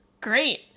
great